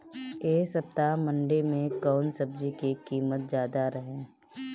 एह सप्ताह मंडी में कउन सब्जी के कीमत ज्यादा रहे?